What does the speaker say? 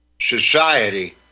society